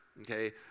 Okay